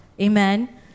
amen